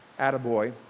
attaboy